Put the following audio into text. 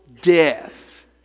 death